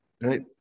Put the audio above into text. right